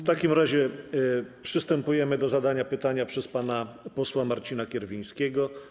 W takim razie przystępujemy do zadania pytania przez pana posła Marcina Kierwińskiego.